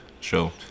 Show